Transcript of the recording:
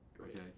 Okay